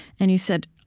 and you said,